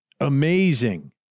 Amazing